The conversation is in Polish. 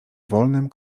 wolnym